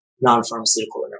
non-pharmaceutical